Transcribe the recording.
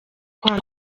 kwa